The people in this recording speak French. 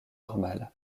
normal